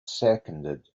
seconded